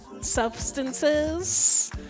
substances